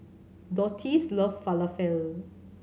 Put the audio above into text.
Dottie loves Falafel